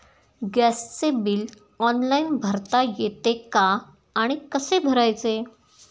गॅसचे bill online भरता येते का आणि कसे भरायचे?